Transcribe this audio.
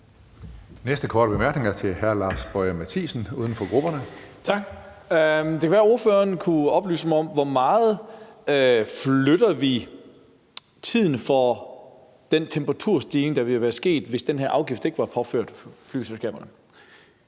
Næste korte bemærkning er til hr. Lars Boje Mathiesen, uden for grupperne. Kl. 13:45 Lars Boje Mathiesen (UFG): Tak. Det kan være, ordføreren kan oplyse mig om, hvor meget vi flytter tiden for den temperaturstigning, der ville være sket, hvis den her afgift ikke var påført flyselskaberne.